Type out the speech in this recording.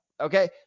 okay